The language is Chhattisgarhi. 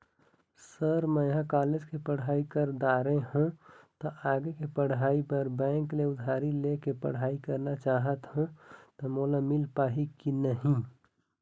सर म ह कॉलेज के पढ़ाई कर दारें हों ता आगे के पढ़ाई बर बैंक ले उधारी ले के पढ़ाई करना चाहत हों ता मोला मील पाही की नहीं?